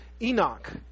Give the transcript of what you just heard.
Enoch